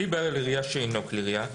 "כלי בעל קנה שאינו כלי ירייה,